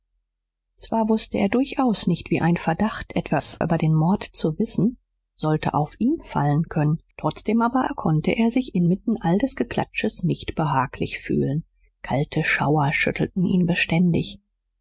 zwar wußte er durchaus nicht wie ein verdacht etwas über den mord zu wissen sollte auf ihn fallen können trotzdem aber konnte er sich inmitten all des geklatsches nicht behaglich fühlen kalte schauer schüttelten ihn beständig